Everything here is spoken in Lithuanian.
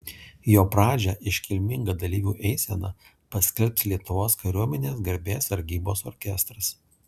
jo pradžią iškilminga dalyvių eisena paskelbs lietuvos kariuomenės garbės sargybos orkestras